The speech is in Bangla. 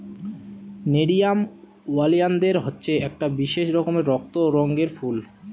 নেরিয়াম ওলিয়ানদের হচ্ছে একটা বিশেষ রকমের রক্ত রঙের ফুল